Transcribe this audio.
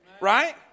Right